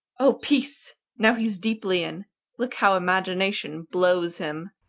o, peace! now he's deeply in look how imagination blows him.